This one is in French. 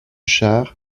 cher